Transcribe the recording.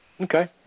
Okay